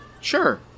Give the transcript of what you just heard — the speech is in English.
Sure